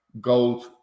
gold